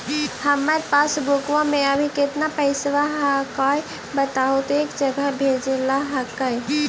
हमार पासबुकवा में अभी कितना पैसावा हक्काई बताहु तो एक जगह भेजेला हक्कई?